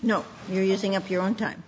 know you're using up your own time